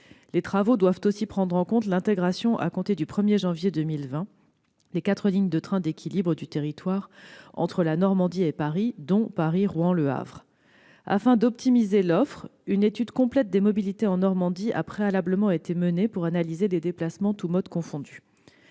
Les travaux doivent aussi prendre en compte l'intégration, à compter du 1 janvier 2020, des quatre lignes de trains d'équilibre du territoire entre la Normandie et Paris, dont Paris-Rouen-Le Havre. Afin d'optimiser l'offre, une étude complète des mobilités en Normandie a préalablement été menée pour analyser les déplacements, tous modes confondus.